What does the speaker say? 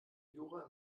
jura